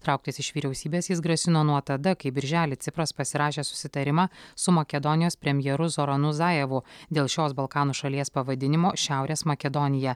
trauktis iš vyriausybės jis grasino nuo tada kai birželį cipras pasirašė susitarimą su makedonijos premjeru zoronu zajevu dėl šios balkanų šalies pavadinimo šiaurės makedonija